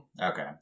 Okay